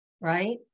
right